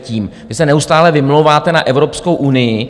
Vy se neustále vymlouváte na Evropskou unii.